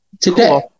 today